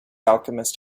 alchemist